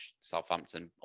Southampton